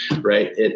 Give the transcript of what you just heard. right